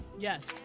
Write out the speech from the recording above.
Yes